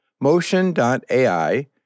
Motion.ai